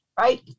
right